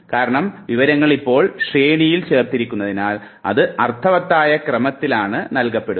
കാരണം വിവരങ്ങൾ ഇപ്പോൾ ശ്രേണിയിൽ ചേർത്തിരിക്കുന്നതിനാൽ അത് അർത്ഥവത്തായ ക്രമത്തിൽ നൽകപ്പെടുന്നു